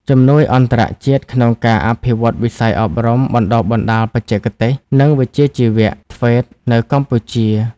ជំនួយអន្តរជាតិក្នុងការអភិវឌ្ឍវិស័យអប់រំបណ្តុះបណ្តាលបច្ចេកទេស និងវិជ្ជាជីវៈ (TVET) នៅកម្ពុជា។